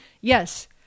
yes